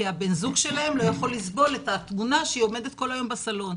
כי בן הזוג שלהם לא יכול לסבול את התמונה שעומדת כל היום בסלון.